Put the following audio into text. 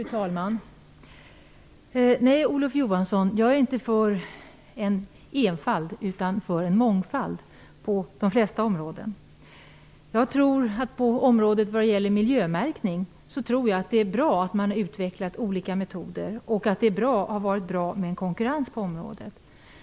Fru talman! Nej, Olof Johansson, jag är inte för en ''enfald'' utan för en mångfald på de flesta områden. Jag tror att det på miljömärkningsområdet är bra att man utvecklat olika metoder och att det är bra att ha konkurrens på området.